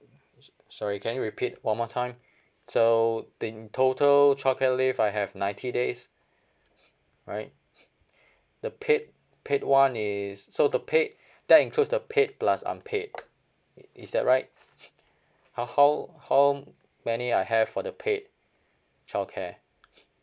so~ sorry can you repeat one more time so in total childcare leave I have ninety days right the paid paid [one] is so the paid that includes the paid plus unpaid it is that right how how how many I have for the paid childcare